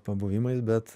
pabuvimais bet